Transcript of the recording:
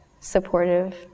supportive